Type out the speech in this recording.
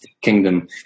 kingdom